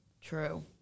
True